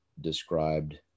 described